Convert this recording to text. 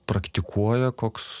praktikuoja koks